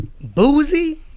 Boozy